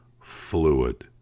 fluid